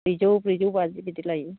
ब्रैजौ ब्रैजौबाजि बिदि लायो